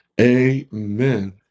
Amen